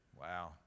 Wow